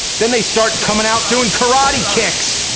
then they start coming out doing karate kicks.